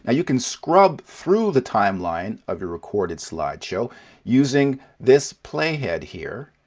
ah you can scrub through the timeline of your recorded slideshow using this playhead, here.